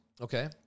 Okay